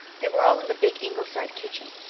they were all in the big ingleside kitchen.